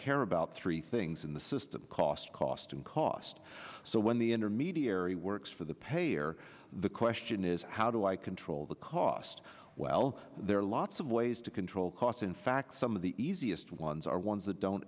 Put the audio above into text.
care about three things in the system cost cost and cost so when the intermediary works for the payer the question is how do i control the cost well there are lots of ways to control costs in fact some of the easiest ones are ones that don't